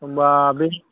होनब्ला बे